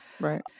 Right